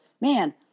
man